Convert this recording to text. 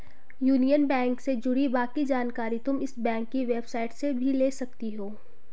union Bank से जुड़ी बाकी जानकारी तुम इस बैंक की वेबसाईट से भी ले सकती हो